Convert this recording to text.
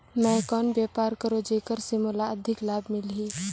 मैं कौन व्यापार करो जेकर से मोला अधिक लाभ मिलही?